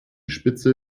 spitze